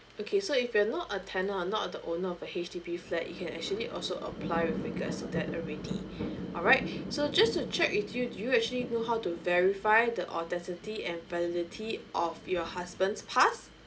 okay so if you're not a tenant or not the owner of a H_D_B flat you can actually also apply with regards to that already alright so just to check with you do you actually know how to verify the authenticity and validity of your husband's pass